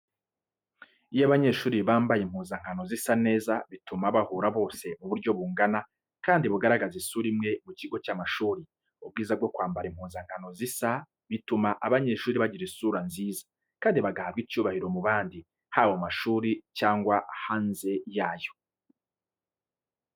Iyo abanyeshuri bambaye impuzankano zisa neza, bituma bahura bose mu buryo bungana kandi bagaragaza isura imwe mu kigo cy’amashuri. Ubwiza bwo kwambara impuzankano busa butuma abanyeshuri bagira isura nziza kandi bagahabwa icyubahiro mu bandi, haba mu mashuri cyangwa hanze yayo.